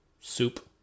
soup